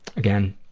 again,